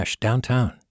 Downtown